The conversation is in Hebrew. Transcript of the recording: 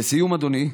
לסיום, אדוני,